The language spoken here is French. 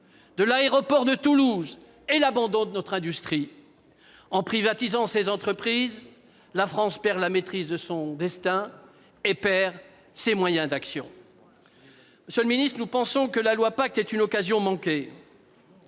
de l'aéroport de Toulouse et à l'abandon de notre industrie. En privatisant ses entreprises, la France perd la maitrise de son destin et de ses moyens d'action. Monsieur le ministre, nous pensons que ce projet de loi PACTE est une occasion manquée.